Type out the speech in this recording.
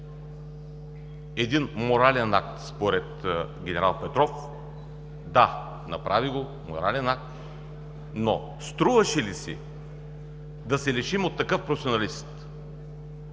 един морален акт, според ген. Петров. Да, направи го, морален акт, но струваше ли си да се лишим от такъв професионалист?